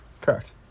Correct